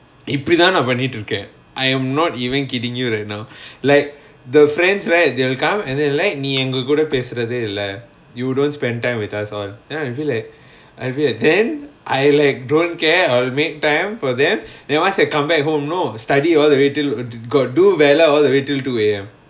இப்புடி தான் நா பண்ணிட்டு இருக்கேன்:ippudi thaan naa pannittu irukaen I am not even kidding you right now like the friends where they will come and then like நீ எங்க கூட பேசுறதே இல்ல:nee enga kooda pesurathae illa you don't spend time with us all then I feel like then I like don't care or make them for them then once I come back home know study all the way till got do வேல:vela all way till two A_M